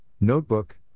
notebook